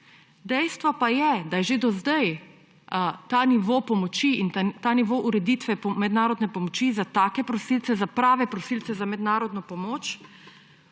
Dejstvo pa je, da bi bil že do zdaj ta nivo pomoči in ta nivo ureditve mednarodne pomoči za take prosilce, za prave prosilce za mednarodno pomoč,